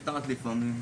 כדורגל.